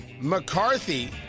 McCarthy